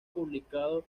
publicado